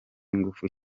ingufu